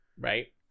Right